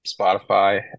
spotify